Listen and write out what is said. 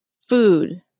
food